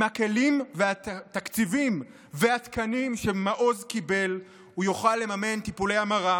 עם הכלים והתקציבים והתקנים שמעוז קיבל הוא יוכל לממן טיפולי המרה,